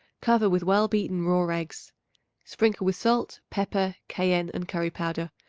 cover with well-beaten raw eggs sprinkle with salt, pepper, cayenne and curry-powder,